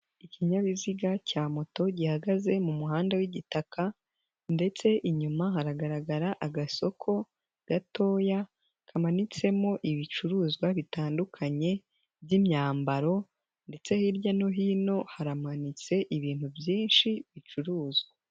Ikinyabiziga cya moto gihagaze mu muhanda w'igitaka ndetse inyuma haragaragara agasoko gatoya, kamanitsemo ibicuruzwa bitandukanye by'imyambaro ndetse hirya no hino haramanitse ibintu byinshi bicuruzwa.